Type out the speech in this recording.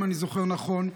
אם אני זוכר נכון,